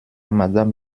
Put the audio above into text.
madame